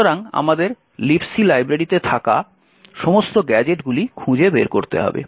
সুতরাং আমাদের Libc লাইব্রেরিতে থাকা সমস্ত গ্যাজেটগুলি খুঁজে বের করতে হবে